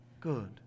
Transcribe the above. Good